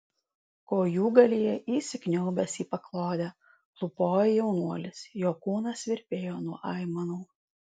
kojūgalyje įsikniaubęs į paklodę klūpojo jaunuolis jo kūnas virpėjo nuo aimanų